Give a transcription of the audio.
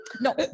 No